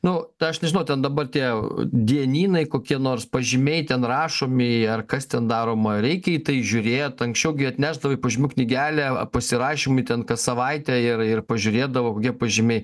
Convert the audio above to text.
nu tą aš nežinau ten dabar tie dienynai kokie nors pažymiai ten rašomi ar kas ten daroma reikia į tai žiūrėt anksčiau gi atnešdavai pažymių knygelę pasirašymui ten kas savaitę ir ir pažiūrėdavo kokie pažymiai